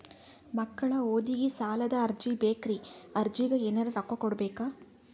ಮಕ್ಕಳ ಓದಿಗಿ ಸಾಲದ ಅರ್ಜಿ ಬೇಕ್ರಿ ಅರ್ಜಿಗ ಎನರೆ ರೊಕ್ಕ ಕೊಡಬೇಕಾ?